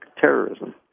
terrorism